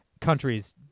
countries